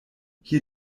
hier